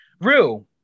Rue